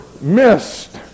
missed